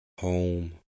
home